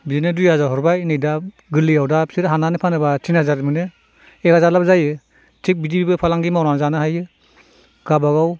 बिदिनो दुइ हाजार हरबाय नै दा गोल्लैयाव दा बिसोरो हाननानै फानोबा तिन हाजार मोनो एक हाजार लाप जायो थिग बिदिबो फालांगि मावनानै जानो हायो गावबा गाव